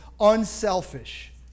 unselfish